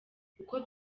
uko